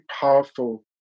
powerful